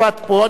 אני אצביע.